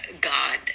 God